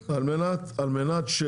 אבל על מנת ש